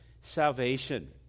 salvation